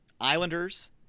Islanders